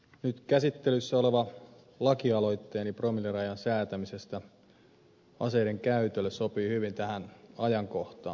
nyt käsittelyssä oleva lakialoitteeni promillerajan säätämisestä aseiden käytölle sopii hyvin tähän ajankohtaan